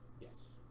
Yes